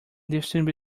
difference